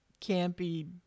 campy